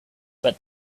but